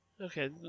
Okay